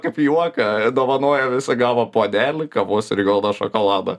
kaip juoką dovanojo visi gavo puodelį kavos ir juodo šokolado